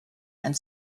and